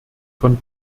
von